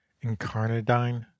incarnadine